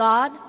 God